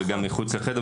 המשלב.)